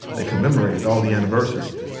they commemorated all the anniversaries.